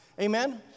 Amen